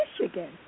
Michigan